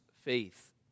faith